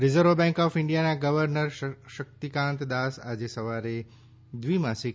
reserve bank of ઇન્ડિયાના governor Shaktikanta Das આજે સવારે દ્વિમાસિક